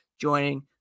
joining